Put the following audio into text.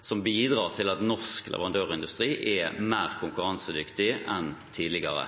som bidrar til at norsk leverandørindustri er mer konkurransedyktig enn tidligere.